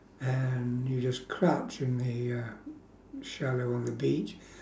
and you just crouch in the uh shallow on the beach